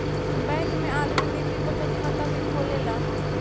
bank में आदमी निजी बचत खाता भी खोलेला